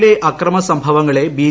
വിലെ അക്രമ സംഭവങ്ങളെ ബി